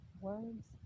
words